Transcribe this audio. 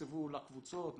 תוקצבו לקבוצות,